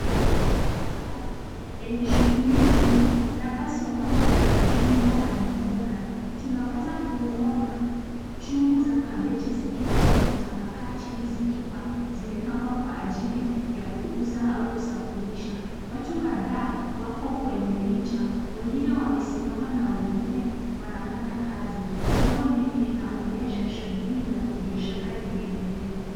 Solo la wazi, lenye shughuli nyingi labda la jumba la mboga. Tunaweza kuona chungu la kabeji likiwa limetapakaa chini, zikiwa zimepangwa kwa ajili ya kuuza au kusafirisha. Watu kadhaa wako kwenye picha, wengine wamesimama na wengine wanafanya kazi. Jambo linaonyesha shughuli la kibiashara linaendelea.